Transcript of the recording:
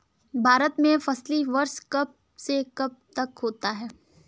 भारत में फसली वर्ष कब से कब तक होता है?